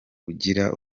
ugira